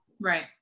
right